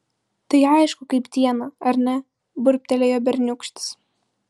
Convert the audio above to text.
tai aišku kaip dieną ar ne burbtelėjo berniūkštis